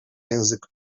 język